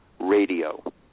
Radio